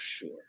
sure